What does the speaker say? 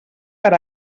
per